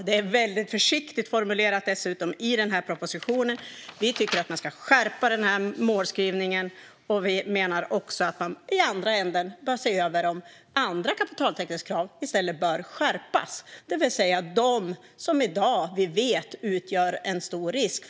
Det är dock väldigt försiktigt formulerat i propositionen, och vi tycker att man ska skärpa målskrivningen. Vi menar också att man bör se över om det i andra änden finns kapitaltäckningskrav som ska skärpas, det vill säga för investeringar som i dag utgör en stor risk.